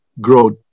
growth